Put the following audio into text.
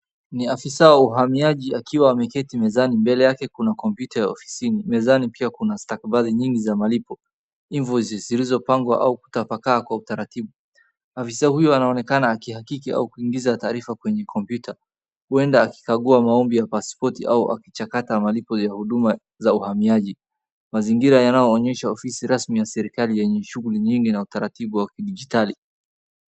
Ni afisa wa uhamiaji akiwa ameketi mezani. Mbele yake kuna kompyuta ya ofisini, mezani pia kuna stakabadhi nyingi za malipo, invoices zilizopangwa au kutapakaa kwa utaratibu. Afisa huyo anaonekana akihakiki au kuingiza taarifa kwenye kompyuta. Huenda akikagua maombi ya passpoti au akichakata malipo ya huduma za uhamiaji. Mazingira yanayo onyesha afisi rasmi ya serikali, yenye shughli nyingi na utaratibu wa kidijitali.